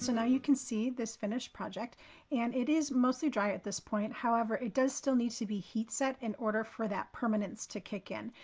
now you can see this finished project and it is mostly dry at this point, however, it does still need to be heat set in order for that permanence to kick in.